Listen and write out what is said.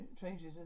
changes